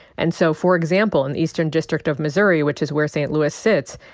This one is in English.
and so, for example, in eastern district of missouri which is where st. louis sits,